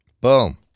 Boom